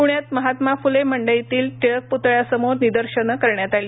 पुण्यात महात्मा फुले मंडईतील टिळक पुतळ्या समोर निदर्शन करण्यात आली